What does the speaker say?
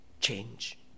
change